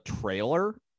trailer